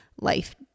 life